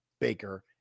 baker